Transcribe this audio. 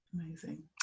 Amazing